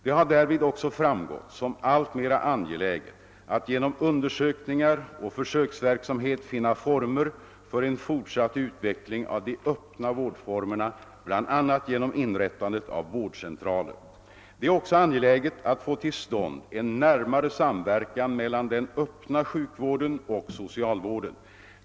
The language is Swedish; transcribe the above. Det har därvid också framstått som alltmer angeläget att genom undersökningar och försöksverksamhet finna former för en fortsatt utveckling av de öppna vårdformerna, bl.a. genom inrättande av vårdcentraler. Det är också angeläget att få till stånd en närmare samverkan mellan den öppna sjukvården och socialvården.